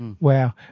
Wow